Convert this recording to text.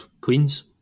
Queens